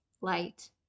light